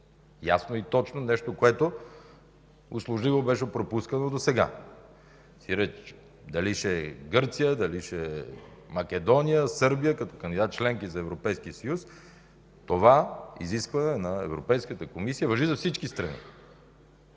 Ясно и точно! Нещо, което услужливо беше пропускано досега. Сиреч – дали ще е Гърция, Македония или Сърбия като кандидат-членки за Европейския съюз, това изискване на Европейската комисия важи за всички страни.